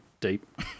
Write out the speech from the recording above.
deep